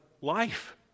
life